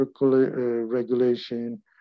regulation